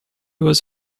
was